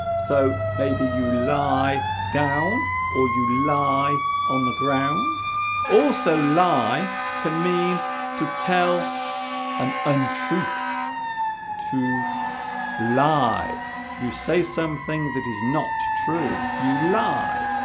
so maybe you lie down or you lie on the ground also lie can mean to tell an untruth to lie you say something that is not true you lie